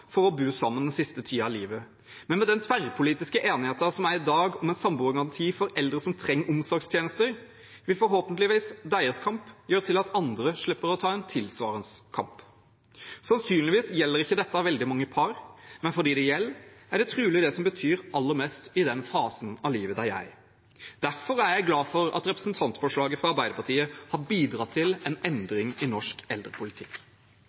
for å få bo sammen den siste tiden av livet, men med den tverrpolitiske enigheten som er i dag, om en samboergaranti for eldre som trenger omsorgstjenester, vil forhåpentligvis deres kamp gjøre at andre slipper å ta en tilsvarende kamp. Sannsynligvis gjelder ikke dette veldig mange par, men for dem det gjelder, er det trolig det som betyr aller mest i den fasen av livet de er i. Derfor er jeg glad for at representantforslaget fra Arbeiderpartiet har bidratt til en endring i norsk eldrepolitikk.